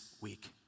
week